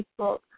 Facebook